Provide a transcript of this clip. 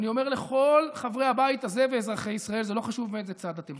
אני אומר לכל חברי הבית הזה ואזרחי ישראל: זה לא חשוב מאיזה צד אתם,